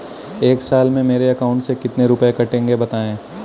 एक साल में मेरे अकाउंट से कितने रुपये कटेंगे बताएँ?